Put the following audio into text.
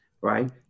right